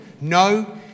No